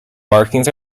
markings